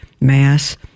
mass